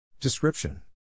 Description